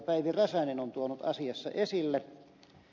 päivi räsänen on tuonut asiassa esille